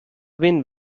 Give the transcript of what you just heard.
been